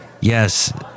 Yes